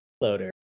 loader